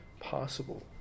possible